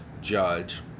judge